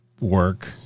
work